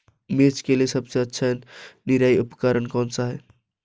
मिर्च के लिए सबसे अच्छा निराई उपकरण कौनसा है?